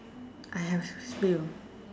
I have a few